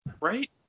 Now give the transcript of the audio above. Right